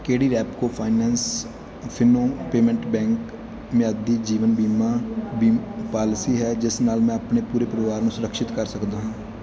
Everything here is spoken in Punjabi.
ਕਿਹੜੀ Repco finance Fino payment bank ਮਿਆਦੀ ਜੀਵਨ ਬੀਮਾ ਬੀਮ ਪਾਲਿਸੀ ਹੈ ਜਿਸ ਨਾਲ ਮੈਂ ਆਪਣੇ ਪੂਰੇ ਪਰਿਵਾਰ ਨੂੰ ਸੁਰਿਕਸ਼ਿਤ ਕਰ ਸਕਦਾ ਹਾਂ